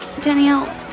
Danielle